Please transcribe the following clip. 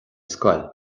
scoil